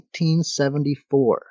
1974